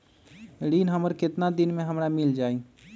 ऋण हमर केतना दिन मे हमरा मील जाई?